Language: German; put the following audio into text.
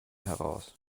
heraus